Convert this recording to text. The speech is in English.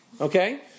Okay